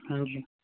ਹਾਂਜੀ